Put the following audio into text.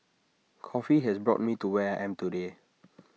coffee has brought me to where I am today